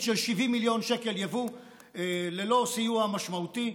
של 70 מיליון שקל יבוא ללא סיוע משמעותי,